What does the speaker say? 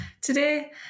today